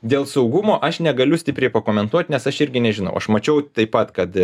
dėl saugumo aš negaliu stipriai pakomentuot nes aš irgi nežinau aš mačiau taip pat kad